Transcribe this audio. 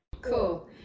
cool